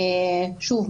שוב,